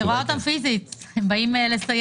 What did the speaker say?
אני רואה אותם פיזית, הם באים לסייר.